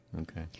Okay